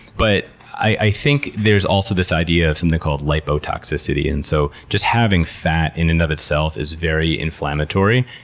but i think there's also this idea of something called lipotoxicity. and so just having fat in and of itself is very inflammatory,